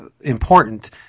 important